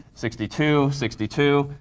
sixty two, sixty two,